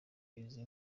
izi